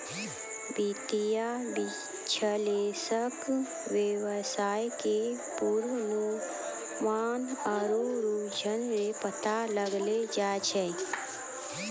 वित्तीय विश्लेषक वेवसाय के पूर्वानुमान आरु रुझान रो पता लगैलो जाय छै